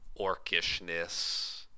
orcishness